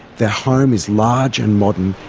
their home is large and modern,